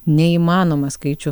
neįmanomą skaičių